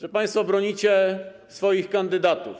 że państwo bronicie swoich kandydatów.